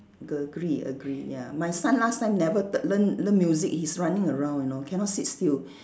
g~ agree agree ya my son last time never t~ learn learn music he's running around you know cannot sit still